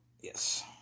yes